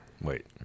Wait